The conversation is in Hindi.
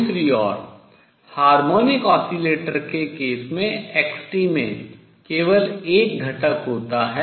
दूसरी ओर हार्मोनिक ऑसिलेटर के केस में x में केवल एक घटक होता है